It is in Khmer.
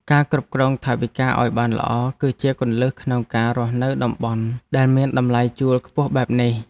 ការគ្រប់គ្រងថវិកាឱ្យបានល្អគឺជាគន្លឹះក្នុងការរស់នៅតំបន់ដែលមានតម្លៃជួលខ្ពស់បែបនេះ។